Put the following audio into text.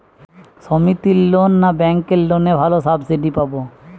সমিতির লোন না ব্যাঙ্কের লোনে ভালো সাবসিডি পাব?